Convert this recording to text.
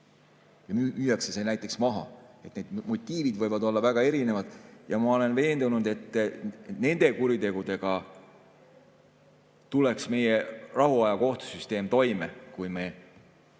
on, ja see maha müüa. Motiivid võivad olla väga erinevad ja ma olen veendunud, et nende kuritegudega tuleks meie rahuaja kohtusüsteem toime, kui me